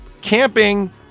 Camping